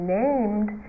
named